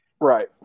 Right